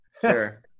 Sure